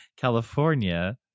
California